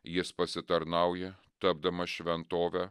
jis pasitarnauja tapdamas šventove